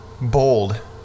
bold